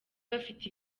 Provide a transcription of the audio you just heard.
bafite